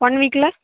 one வீக்கில்